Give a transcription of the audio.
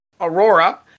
Aurora